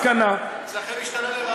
אצלכם השתנה לרעה.